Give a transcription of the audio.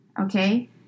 Okay